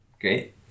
Great